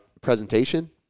presentation